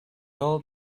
old